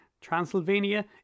Transylvania